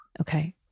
Okay